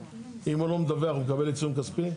אם הוא לא מדווח הוא מקבל עיצום כספי?